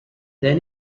then